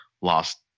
lost